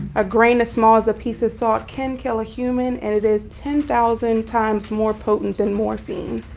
a grain as small as a piece of salt can kill a human, and it is ten thousand times more potent than morphine.